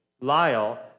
Lyle